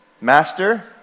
Master